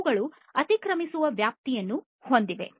ಅವುಗಳು ಅತಿಕ್ರಮಿಸುವ ವ್ಯಾಪ್ತಿಯನ್ನು ಹೊಂದಿವೆ